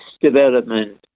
development